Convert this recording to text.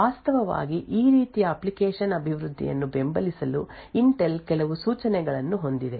ವಾಸ್ತವವಾಗಿ ಈ ರೀತಿಯ ಅಪ್ಲಿಕೇಶನ್ ಅಭಿವೃದ್ಧಿಯನ್ನು ಬೆಂಬಲಿಸಲು ಇಂಟೆಲ್ ಕೆಲವು ಸೂಚನೆಗಳನ್ನು ಹೊಂದಿದೆ